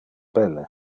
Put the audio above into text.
belle